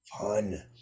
fun